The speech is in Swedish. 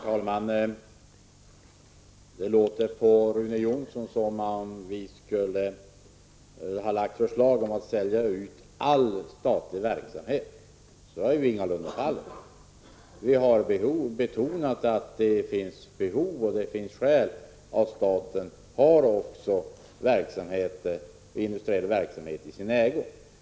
Herr talman! Det låter på Rune Jonsson som om vi skulle ha lagt fram förslag om utförsäljning av all statlig verksamhet. Så är ju ingalunda fallet. Vi har betonat att det finns behov av och skäl för att staten har också industriell verksamhet i sin ägo.